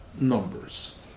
numbers